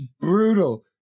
Brutal